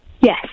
Yes